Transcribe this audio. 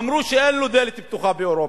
אמרו שאין לו דלת פתוחה באירופה.